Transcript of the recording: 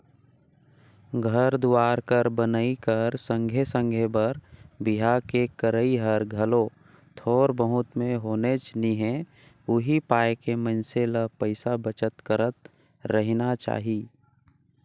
घर दुवार कर बनई कर संघे संघे बर बिहा के करई हर घलो थोर बहुत में होनेच नी हे उहीं पाय के मइनसे ल पइसा बचत करत रहिना चाही